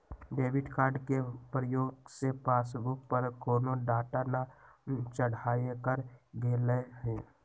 debit card के प्रयोग से पासबुक पर कोनो डाटा न चढ़ाएकर गेलइ ह